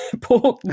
poor